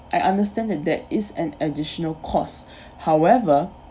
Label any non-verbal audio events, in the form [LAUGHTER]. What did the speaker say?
I understand that that is an additional costs [BREATH] however